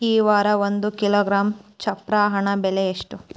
ಈ ವಾರ ಒಂದು ಕಿಲೋಗ್ರಾಂ ಚಪ್ರ ಹಣ್ಣ ಬೆಲೆ ಎಷ್ಟು ಐತಿ?